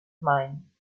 mein